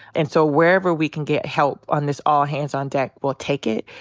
and so wherever we can get help on this all hands on deck, we'll take it.